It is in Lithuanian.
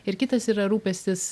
ir kitas yra rūpestis